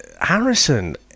harrison